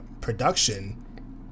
production